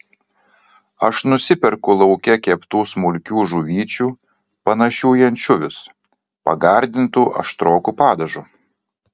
aš nusiperku lauke keptų smulkių žuvyčių panašių į ančiuvius pagardintų aštroku padažu